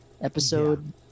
episode